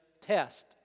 test